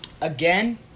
Again